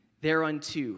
thereunto